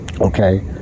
Okay